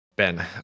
Ben